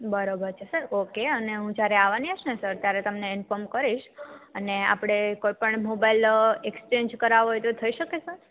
બરોબર છે ઓકે અને હું જ્યારે આવની હોઇશને ત્યારે તમને ઇન્ફોર્મ કરઈશ અને આપડે કોઈપણ મોબાઈલ એકચેન્જ કરાવવો હોય તો શકે સર